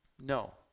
No